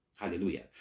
Hallelujah